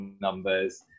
numbers